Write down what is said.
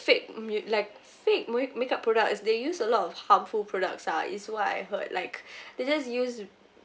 fake mu~ like fake mu~ makeup product they use a lot of harmful products ah it's what I heard like they just use